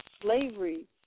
slavery